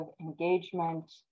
engagement